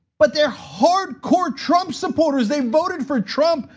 but they're hardcore trump supporters. they voted for trump.